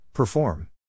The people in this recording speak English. Perform